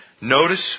Notice